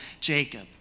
Jacob